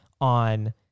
on